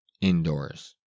indoors